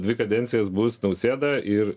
dvi kadencijas bus nausėda ir